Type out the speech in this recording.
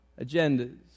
agendas